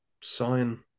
sign